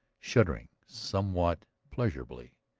shuddering somewhat pleasurably.